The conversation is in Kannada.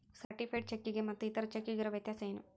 ಸರ್ಟಿಫೈಡ್ ಚೆಕ್ಕಿಗೆ ಮತ್ತ್ ಇತರೆ ಚೆಕ್ಕಿಗಿರೊ ವ್ಯತ್ಯಸೇನು?